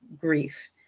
grief